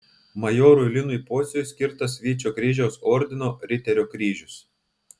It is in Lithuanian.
majorui linui pociui skirtas vyčio kryžiaus ordino riterio kryžius